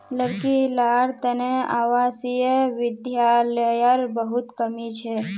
लड़की लार तने आवासीय विद्यालयर बहुत कमी छ